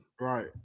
right